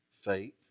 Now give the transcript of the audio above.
faith